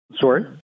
Sorry